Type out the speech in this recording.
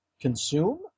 consume